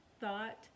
thought